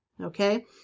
Okay